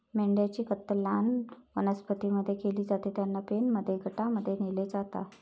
मेंढ्यांची कत्तल लहान वनस्पतीं मध्ये केली जाते, त्यांना पेनमध्ये गटांमध्ये नेले जाते